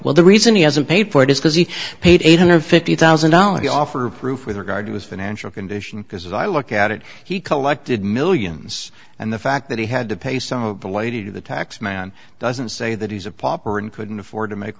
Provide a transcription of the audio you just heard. well the reason he hasn't paid for it is because he paid eight hundred fifty thousand dollars offer proof with regard to his financial condition because as i look at it he collected millions and the fact that he had to pay some of the lady to the tax man doesn't say that he's a pauper and couldn't afford to make